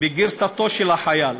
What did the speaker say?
בגרסתו של החייל.